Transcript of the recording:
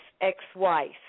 ex-wife